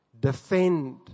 defend